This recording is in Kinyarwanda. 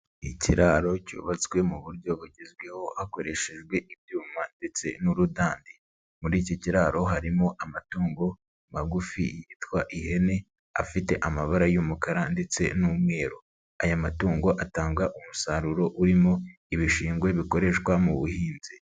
Ikiraro cyubatswe mu buryo bugezweho hakoreshejwe ibyuma ndetse n'urudandi, muri iki kiraro harimo amatungo magufi yitwa ihene afite amabara y'umukara ndetse n'umweru, aya matungo atanga umusaruro urimo ibishingwe bikoreshwa mu buhinzi.